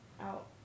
out